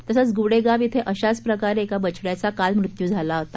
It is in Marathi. तसंच गुडेगाव िं अशाच प्रकारे एका बछड्याचा काल मृत्यू झाला होता